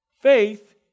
Faith